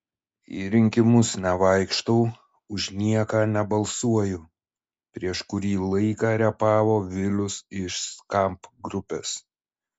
į rinkimus nevaikštau už nieką nebalsuoju prieš kurį laiką repavo vilius iš skamp grupės